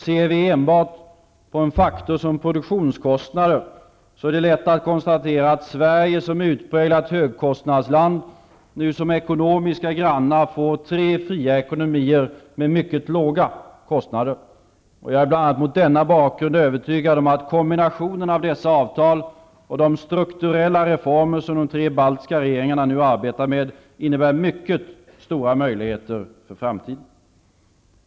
Ser vi enbart på en faktor som produktionskostnader, är det lätt att konstatera att Sverige som utpräglat högkostnadsland nu som ekonomiska grannar får tre fria ekonomier med mycket låga kostnader. Jag är bl.a. mot denna bakgrund övertygad om att kombinationen av dessa avtal och de strukturella reformer som de tre baltiska regeringarna nu arbetar med innebär mycket stora möjligheter för framtiden.